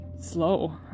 slow